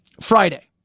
Friday